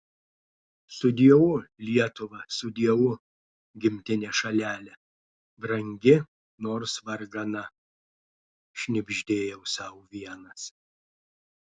sudieu lietuva sudieu gimtine šalele brangi nors vargana šnibždėjau sau vienas